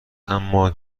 اما